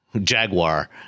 Jaguar